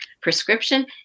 prescription